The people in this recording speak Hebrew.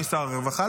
אדוני שר הרווחה?